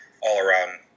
all-around